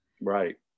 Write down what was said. right